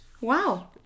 Wow